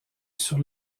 sur